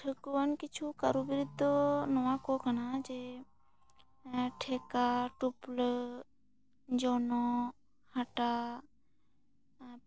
ᱴᱷᱟᱹᱠᱩᱣᱟᱹᱱ ᱠᱤᱪᱷᱩ ᱠᱟᱨᱚᱜᱤᱨᱤ ᱫᱚ ᱱᱚᱣᱟ ᱠᱚ ᱠᱟᱱᱟ ᱡᱮ ᱴᱷᱮᱠᱟ ᱴᱩᱯᱞᱟᱹᱜ ᱡᱚᱱᱚᱜ ᱦᱟᱴᱟᱜ ᱟᱨ